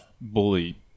bully